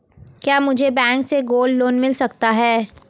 क्या मुझे बैंक से गोल्ड लोंन मिल सकता है?